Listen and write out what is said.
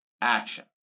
Action